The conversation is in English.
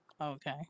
Okay